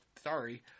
Sorry